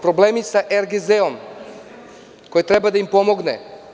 Problemi sa RGZ koji treba da im pomogne.